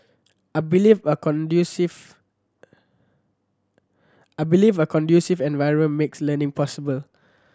I believe a conducive I believe a conducive environment makes learning possible